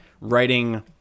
writing